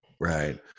right